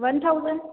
one thousand